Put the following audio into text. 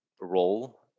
role